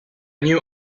venue